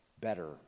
better